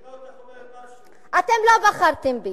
נראה אותך אומרת משהו, אתם לא בחרתם בי,